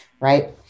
Right